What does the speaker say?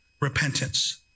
Repentance